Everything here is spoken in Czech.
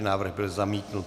Návrh byl zamítnut.